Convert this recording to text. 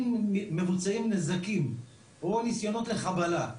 אם מבוצעים נזקים או נסיונות לחבלה,